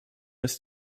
ist